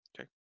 Okay